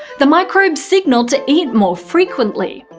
the microbes signaled to eat more frequently.